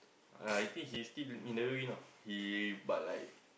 I think he still in W_W_E now he but like